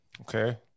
Okay